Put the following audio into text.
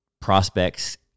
prospects